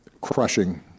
crushing